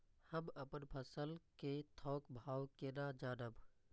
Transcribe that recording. हम अपन फसल कै थौक भाव केना जानब?